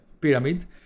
pyramid